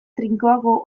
trinkoago